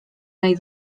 nahi